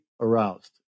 aroused